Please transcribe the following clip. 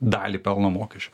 dalį pelno mokesčio